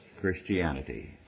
Christianity